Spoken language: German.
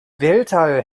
weltall